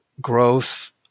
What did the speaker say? growth